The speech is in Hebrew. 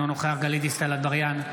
אינו נוכח גלית דיסטל אטבריאן,